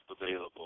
available